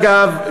אגב,